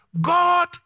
God